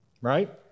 right